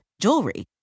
jewelry